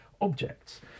objects